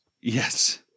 Yes